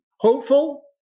Hopeful